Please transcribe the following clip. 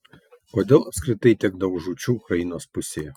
kodėl apskritai tiek daug žūčių ukrainos pusėje